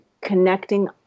connecting